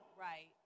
Right